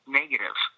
negative